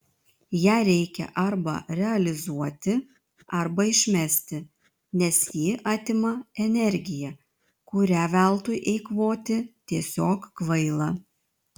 ją reikia arba realizuoti arba išmesti nes ji atima energiją kurią veltui eikvoti tiesiog kvaila